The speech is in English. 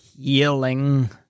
healing